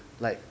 like